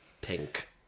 pink